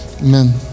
Amen